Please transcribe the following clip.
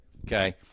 Okay